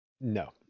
No